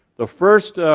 the first